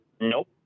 Nope